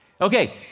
Okay